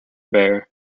baer